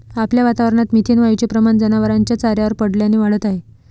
आपल्या वातावरणात मिथेन वायूचे प्रमाण जनावरांच्या चाऱ्यावर पडल्याने वाढत आहे